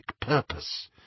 purpose